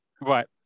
Right